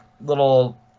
little